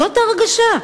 זאת ההרגשה.